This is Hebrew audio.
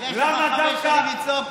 יש לך חמש שנים לצעוק,